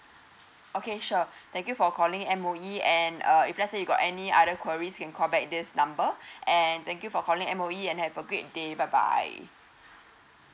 okay sure thank you for calling M_O_E and uh if let's say you got any other queries you can call back this number and thank you for calling M_O_E and have a great day bye bye